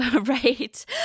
Right